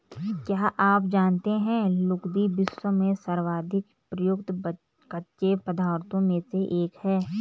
क्या आप जानते है लुगदी, विश्व में सर्वाधिक प्रयुक्त कच्चे पदार्थों में से एक है?